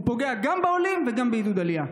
הוא פוגע גם בעולים וגם בעידוד עלייה.